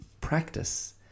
practice